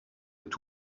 est